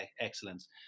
excellence